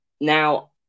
now